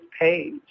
page